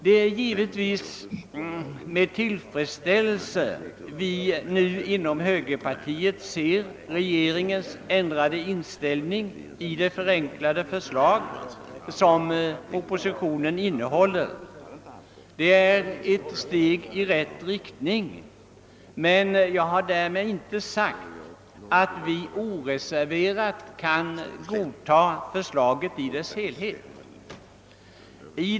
Det är givetvis med tillfredsställelse som vi inom högerpartiet nu konstaterar regeringens ändrade inställning i det förenklade förslag som presenteras 1 propositionen. Det är ett steg i rätt riktning. Men därmed har jag inte sagt att vi oreserverat kan godta förslaget i dess helhet.